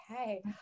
Okay